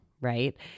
right